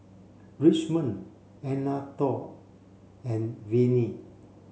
Richmond Anatole and Venie